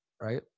Right